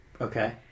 Okay